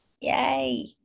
yay